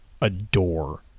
adore